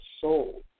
Soul